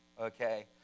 Okay